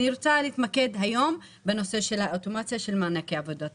אני רוצה להתמקד היום בנושא של האוטומציה של מענקי עבודה.